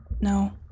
No